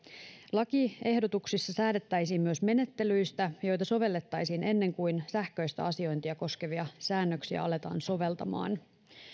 lakiehdotuksissa säädettäisiin myös menettelyistä joita sovellettaisiin ennen kuin sähköistä asiointia koskevia säännöksiä aletaan soveltamaan